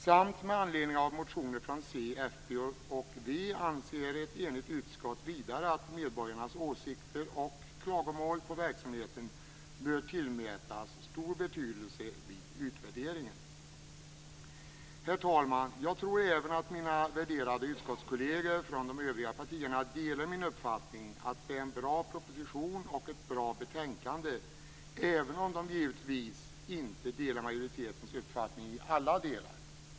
Vidare anser ett enigt utskott, med anledning av motioner från c, fp och v, att medborgarnas åsikter om och klagomål på verksamheten bör tillmätas stor betydelse vid utvärderingen. Herr talman! Jag tror att även mina värderade utskottskolleger från de övriga partierna delar min uppfattning att det är en bra proposition och ett bra betänkande, även om de givetvis inte delar majoritetens uppfattning i alla delar.